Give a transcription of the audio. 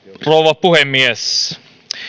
rouva puhemies